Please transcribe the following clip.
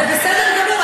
זה בסדר גמור,